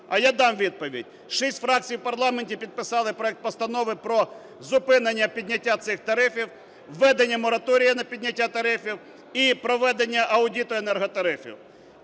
А я дам відповідь. Шість фракцій в парламенті підписали проект Постанови про зупинення підняття цих тарифів, введення мораторію на підняття тарифів і проведення аудиту енерготарифів.